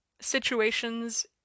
situations